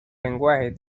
lenguajes